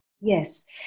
Yes